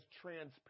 transparent